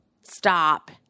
stop